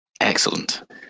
excellent